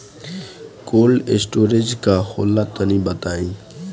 Cold storage का होला तनि बताई?